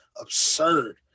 absurd